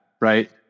right